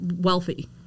wealthy